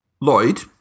Lloyd